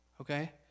Okay